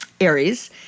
Aries